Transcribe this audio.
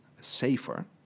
safer